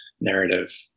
narrative